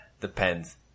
Depends